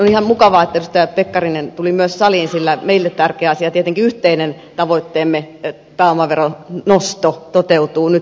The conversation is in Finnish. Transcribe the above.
ihan mukavaa että edustaja pekkarinen tuli myös saliin sillä meille tärkeä asia tietenkin yhteinen tavoitteemme pääomaveron nosto toteutuu nyt